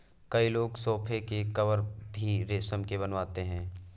कई लोग सोफ़े के कवर भी रेशम के बनवाते हैं